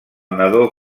nadó